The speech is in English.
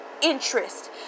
interest